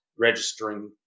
registering